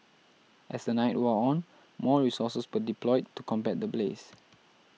as the night wore on more resources were deployed to combat the blaze